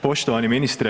Poštovani ministre.